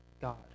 God